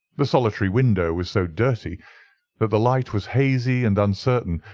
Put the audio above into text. the solitary window was so dirty that the light was hazy and uncertain,